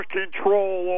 control